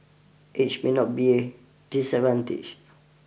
age may not be a disadvantage